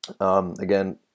Again